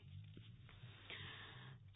rail line परियोजना